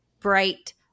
Bright